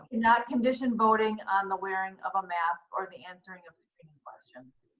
and not condition voting on the wearing of a mask or the answering of questions.